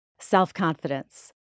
self-confidence